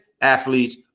athletes